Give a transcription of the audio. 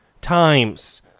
times